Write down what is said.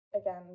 again